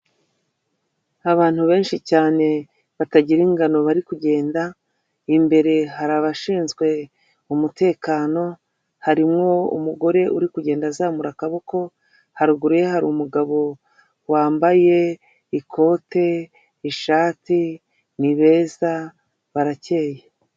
Abantu benshi cyane batagira ingano bari kugenda, imbere hari abashinzwe umutekano, harimo umugore uri kugenda azamura akaboko, haruguru ye hari umugabo, wambaye ikote, ishati, ni beza, barakeye.